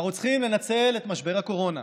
אנחנו צריכים לנצל את משבר הקורונה,